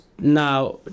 now